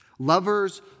Lovers